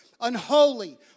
unholy